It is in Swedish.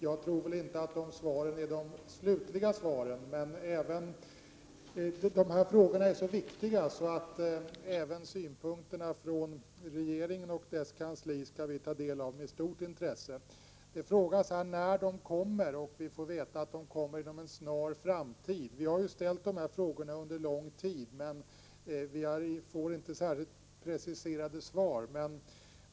Jag tror inte att regeringens svar är de slutliga svaren. De här frågorna är så viktiga att även synpunkterna från regeringen och dess kansli är något som vi med stort intresse skall ta del av. Det frågas här när de kommer, och vi får veta att de kommer inom en snar framtid. Vi har ju ställt dessa frågor under lång tid, men får inte särskilt preciserade svar.